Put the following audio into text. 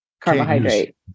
carbohydrate